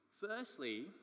Firstly